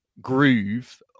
groove